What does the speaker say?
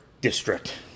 district